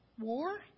war